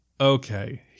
okay